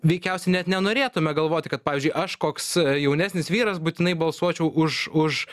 veikiausiai net nenorėtume galvoti kad pavyzdžiui aš koks jaunesnis vyras būtinai balsuočiau už už